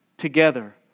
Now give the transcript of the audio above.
Together